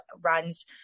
runs